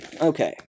Okay